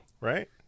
Right